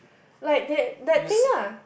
like that that thing ah